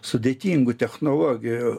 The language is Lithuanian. sudėtingų technologijų